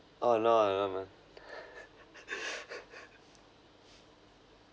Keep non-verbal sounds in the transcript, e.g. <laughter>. oh no at the moment <laughs>